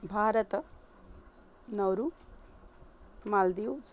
Bharata Nauru Maldives